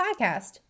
Podcast